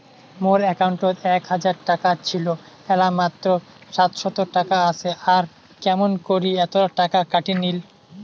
মোর একাউন্টত এক হাজার টাকা ছিল এলা মাত্র সাতশত টাকা আসে আর কেমন করি এতলা টাকা কাটি নিল?